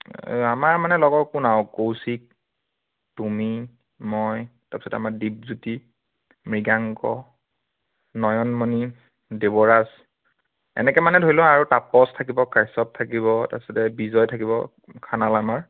এই আমাৰ মানে লগৰ কোন আৰু কৌশিক তুমি মই তাৰপিছত আমাৰ দীপজ্যোতি মৃগাংক নয়নমণি দেৱৰাজ এনেকৈ মানে ধৰি ল আৰু তাপস থাকিব কাশ্যপ থাকিব তাৰপিছতে বিজয় থাকিব খানাল আমাৰ